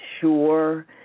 sure